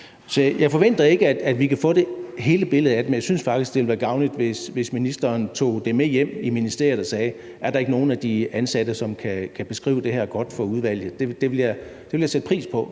jeg forventer ikke, at vi kan få hele billedet af det, men jeg synes faktisk, det ville være gavnligt, hvis ministeren tog det med hjem i ministeriet og sagde: Er der ikke nogen af de ansatte, som kan beskrive det her godt for udvalget? Det ville jeg sætte pris på